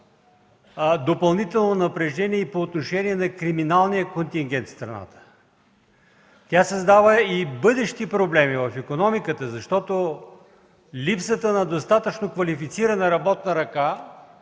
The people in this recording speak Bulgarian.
допълнително напрежение и по отношение на криминалния контингент в страната. Тя създава и бъдещи проблеми в икономиката, защото липсата на достатъчно квалифицирана работна ръка